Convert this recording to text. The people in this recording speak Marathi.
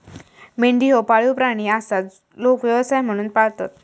मेंढी ह्यो पाळीव प्राणी आसा, लोक व्यवसाय म्हणून पाळतत